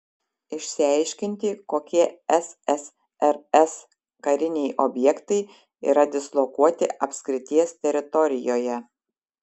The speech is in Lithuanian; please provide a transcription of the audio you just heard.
išsiaiškinti kokie ssrs kariniai objektai yra dislokuoti apskrities teritorijoje